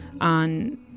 on